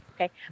Okay